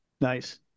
Nice